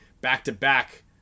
Back-to-back